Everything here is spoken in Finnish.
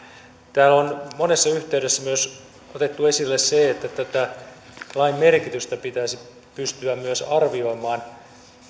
täällä on monessa yhteydessä myös otettu esille se että tätä lain merkitystä pitäisi pystyä myös arvioimaan